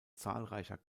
zahlreicher